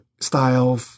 style